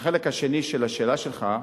לחלק השני של השאלה שלך,